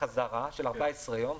של 14 יום,